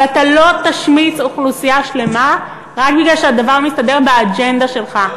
אבל אתה לא תשמיץ אוכלוסייה שלמה רק בגלל שהדבר מסתדר באג'נדה שלך.